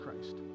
Christ